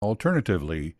alternatively